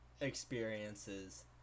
experiences